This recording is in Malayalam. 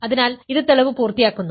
അതിനാൽ ഇത് തെളിവ് പൂർത്തിയാക്കുന്നു